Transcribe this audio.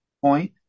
point